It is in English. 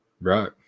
Right